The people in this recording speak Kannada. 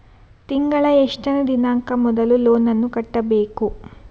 ತಿಂಗಳ ಎಷ್ಟನೇ ದಿನಾಂಕ ಮೊದಲು ಲೋನ್ ನನ್ನ ಕಟ್ಟಬೇಕು?